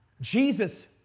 Jesus